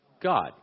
God